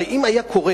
הרי אם היה קורה,